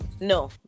No